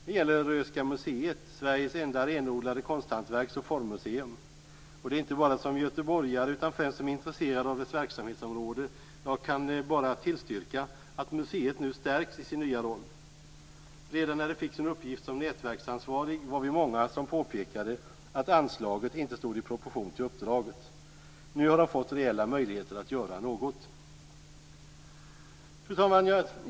Det gäller Röhsska museet, Sveriges enda renodlade konsthantverks och formmuseum. Inte bara som göteborgare utan främst som intresserad av dess verksamhetsområde kan jag bara tillstyrka att museet nu stärks i sin nya roll. Redan när det fick sin uppgift som nätverksansvarig var vi många som påpekade att anslaget inte stod i proportion till uppdraget. Nu har man fått reella möjligheter att göra något. Fru talman!